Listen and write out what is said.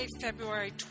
February